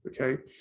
okay